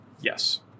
Yes